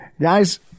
Guys